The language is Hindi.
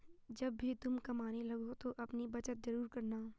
जब भी तुम कमाने लगो तो अपनी बचत जरूर करना